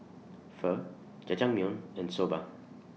Pho Jajangmyeon and Soba